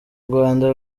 rwanda